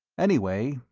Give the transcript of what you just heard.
anyway,